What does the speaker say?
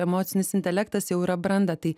emocinis intelektas jau yra branda tai